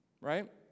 Right